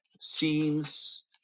scenes